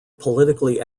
politically